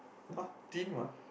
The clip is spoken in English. !huh! thin one